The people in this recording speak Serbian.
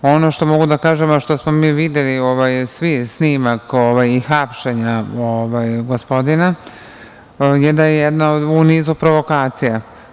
Ono što mogu da kažem, a što smo mi videli, svi snimak i hapšenje gospodina, da je jedna u nizu provokaciju.